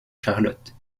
charlotte